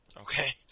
Okay